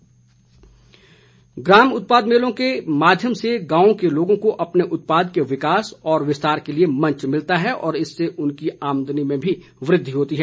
मारकंडा ग्राम उत्पाद मेलों के माध्यम से गांव के लोगों को अपने उत्पाद के विकास व विस्तार के लिए मंच मिलता है और इससे उनकी आमदनी में भी वृद्वि होती है